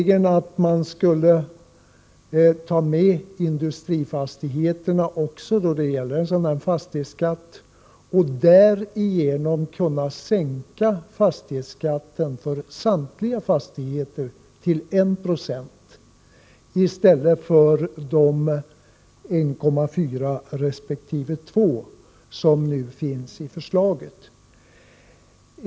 Genom att låta även industrifastigheterna omfattas av fastighetsskatten skulle man kunna sänka denna för samtliga fastigheter till 1 90 i stället för de 1,4 resp. 2 70 som nu har föreslagits.